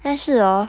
但是哦